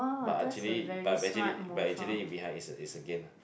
but actually but actually but actually behind it's a it's a gain ah